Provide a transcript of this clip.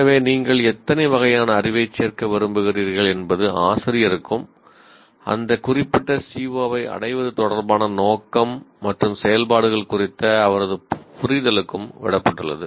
எனவே நீங்கள் எத்தனை வகையான அறிவைச் சேர்க்க விரும்புகிறீர்கள் என்பது ஆசிரியருக்கும் அந்த குறிப்பிட்ட CO ஐ அடைவது தொடர்பான நோக்கம் மற்றும் செயல்பாடுகள் குறித்த அவரது புரிதலுக்கும் விடப்பட்டுள்ளது